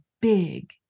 big